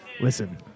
Listen